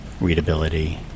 readability